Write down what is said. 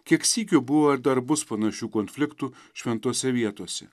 kiek sykių buvo ir dar bus panašių konfliktų šventose vietose